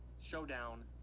showdown